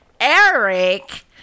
Eric